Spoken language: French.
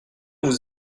vous